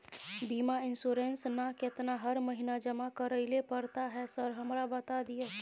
बीमा इन्सुरेंस ना केतना हर महीना जमा करैले पड़ता है सर हमरा बता दिय?